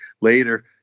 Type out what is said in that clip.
later